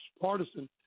partisan